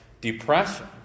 depression